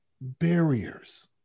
barriers